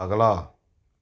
ਅਗਲਾ